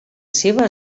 seva